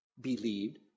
believed